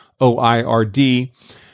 OIRD